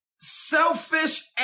Selfish